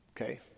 okay